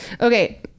okay